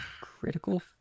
Critical